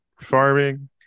farming